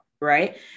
right